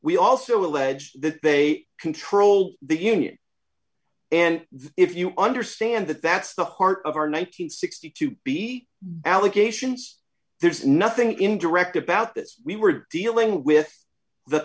we also allege that they control the union and if you understand that that's the part of our nine hundred and sixty to be allegations there's nothing in direct about this we were dealing with the